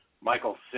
Michael